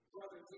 Brother